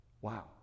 Wow